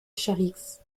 charix